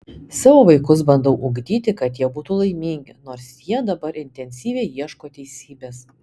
savo vaikus bandau ugdyti kad jie būtų laimingi nors jie dabar intensyviai ieško teisybės